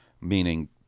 meaning